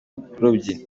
abarobyi